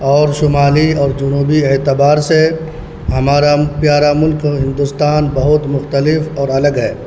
اور شمالی اور جنوبی اعتبار سے ہمارا پیارا ملک ہندوستان بہت مختلف اور الگ ہے